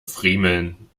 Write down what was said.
friemeln